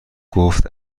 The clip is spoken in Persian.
گفت